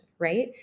right